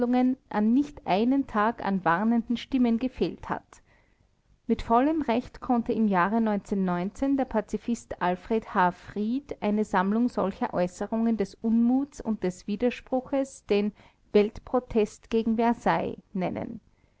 an nicht einen tag an warnenden stimmen gefehlt hat mit vollem recht konnte im jahre der pazifist alfred h fried eine sammlung solcher äußerungen des unmutes und des widerspruches den weltprotest gegen versailles nennen